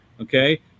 Okay